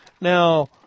Now